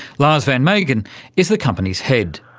lars van meegen is the company's head.